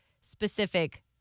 specific